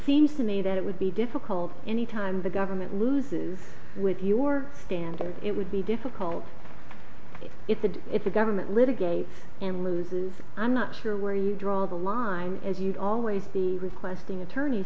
seems to me that it would be difficult any time the government loses with your standard it would be difficult if the government litigate and loses i'm not sure where you draw the line as you'd always be requesting attorney